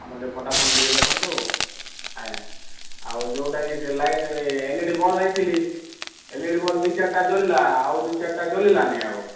ଆପଣ ଟିକେ ଫଟାପଟ୍ ଟିକେ ଦେଖନ୍ତୁ ଆଜ୍ଞା ଆଉ ଯେଉଁଟାକି ସେ ଲାଇଟ୍ ଏଲଇଡ଼ି୍ ବଲବ୍ ନେଇଥିଲି ଏଲଇଡ଼ି ବଲବ୍ ଦୁଇ ଚାରିଟା ଜଳିଲା ଆଉ ଦୁଇ ଚାରିଟା ଜଳିଲାନି ଆଉ